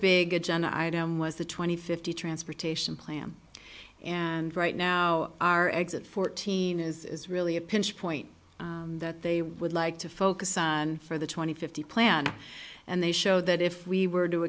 big agenda item was the twenty fifty transportation plan and right now our exit fourteen is really a pinch point that they would like to focus on and for the twenty fifty plan and they show that if we were to